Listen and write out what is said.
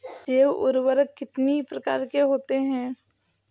जैव उर्वरक कितनी प्रकार के होते हैं?